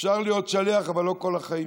אפשר להיות שליח, אבל לא כל החיים.